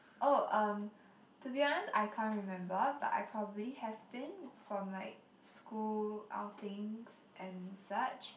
oh um to be honest I can't remember but I've probably have been from like school outings and such